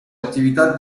attività